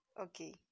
okay